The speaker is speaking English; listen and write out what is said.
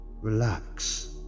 relax